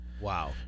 Wow